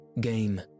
game